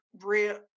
real